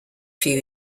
few